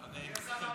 מי עשה מאמץ?